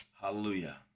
Hallelujah